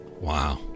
Wow